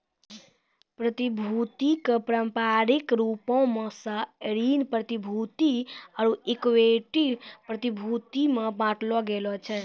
प्रतिभूति के पारंपरिक रूपो से ऋण प्रतिभूति आरु इक्विटी प्रतिभूति मे बांटलो गेलो छै